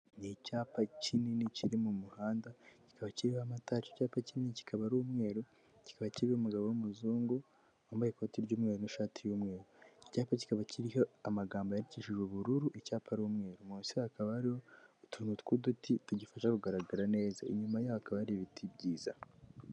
Ni icyapa kinini kiri mu muhanda, kikaba kiriho amatara icyapa kinini kikaba ari umweru, kiba kibi umugabo w'umuzungu, wambaye ikoti ry'umweru n'ishati y'umweru. Icyapa kikaba kiriho amagambo yadikije ubururu, icyapa ari umweru, munsi hakaba hariho utuntu tw'uduti tugifasha kugaragara neza, inyuma yaho hari ibiti byiza.